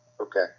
Okay